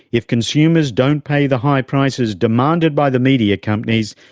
if consumers don't pay the high prices demanded by the media companies,